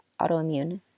autoimmune